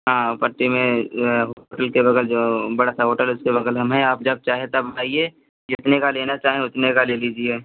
हाँ वो पट्टी में होटल के बगल जो बड़ा सा होटल है उसके बगल हम हैं आप जब चाहे तब आइए जितने का लेना चाहें उतने का ले लीजिए